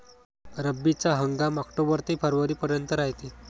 रब्बीचा हंगाम आक्टोबर ते फरवरीपर्यंत रायते